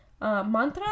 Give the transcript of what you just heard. Mantra